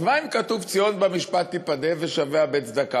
אז מה אם כתוב "ציון במשפט תפדה ושביה בצדקה"?